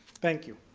thank you.